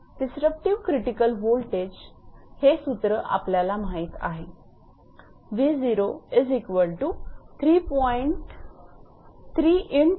disruptive critical voltage हे सूत्र आपल्याला माहित आहे 𝑟1